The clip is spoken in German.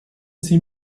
sie